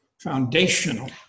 foundational